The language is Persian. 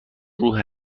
روح